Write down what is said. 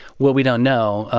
well, we don't know.